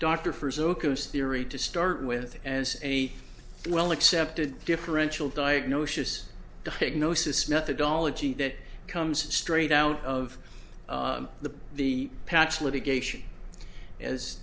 zocor theory to start with as a well accepted differential diagnosis diagnosis methodology that comes straight out of the the patch litigation as